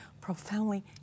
profoundly